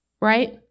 right